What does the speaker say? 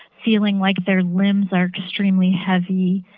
feeling like their limbs are extremely heavy,